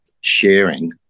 sharing